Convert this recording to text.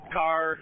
car